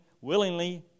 willingly